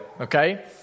okay